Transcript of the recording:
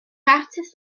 artist